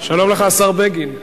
שלום לך, השר בגין.